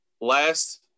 last